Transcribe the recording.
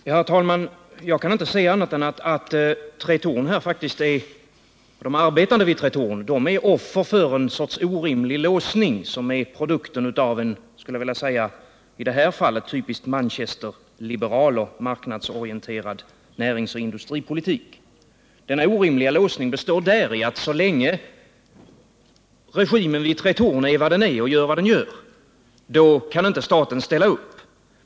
Herr talman! Jag kan inte se annat än att de arbetande vid Tretorn här faktiskt är offer för en sorts orimlig låsning som är produkten av en, skulle jag vilja säga, i detta fall typisk manchesterliberal och marknadsorienterad näringsoch industripolitik. Denna orimliga låsning består däri, att så länge regimen vid Tretorn är vad den är och gör vad den gör kan inte staten ställa upp.